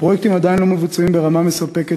הפרויקטים עדיין לא מבוצעים ברמה מספקת